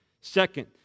Second